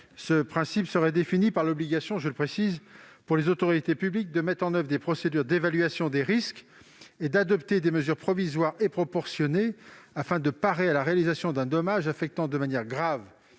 Ce principe serait défini par l'obligation, pour les autorités publiques, de mettre en oeuvre des procédures d'évaluation des risques et d'adopter des mesures provisoires et proportionnées afin de parer à la réalisation d'un dommage affectant de manière grave